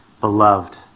beloved